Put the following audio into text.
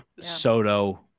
Soto